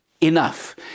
enough